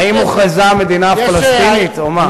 האם הוכרזה המדינה הפלסטינית או מה?